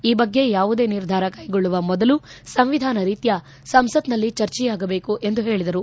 ಈ ಬಗ್ಗೆ ಯಾವುದೇ ನಿರ್ಧಾರ ಕೈಗೊಳ್ಳುವ ಮೊದಲು ಸಂವಿಧಾನ ರೀತ್ಲಾ ಸಂಸತ್ನಲ್ಲಿ ಚರ್ಚೆಯಾಗಬೇಕು ಎಂದು ಹೇಳಿದರು